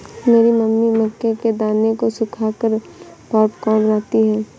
मेरी मम्मी मक्के के दानों को सुखाकर पॉपकॉर्न बनाती हैं